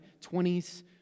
20s